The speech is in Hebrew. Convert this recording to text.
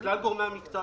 אבל לשינוי הזה